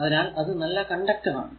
അതിനാൽ അത് നല്ല കണ്ടക്ടർ ആണ്